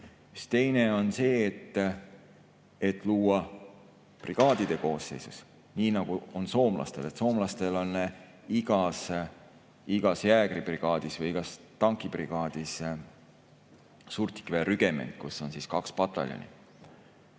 Teine on see, et luua see brigaadide koosseisus, nii nagu on soomlastel. Soomlastel on igas jäägribrigaadis või igas tankibrigaadis suurtükiväerügement, kus on kaks pataljoni.